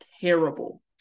terrible